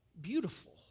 beautiful